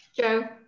Joe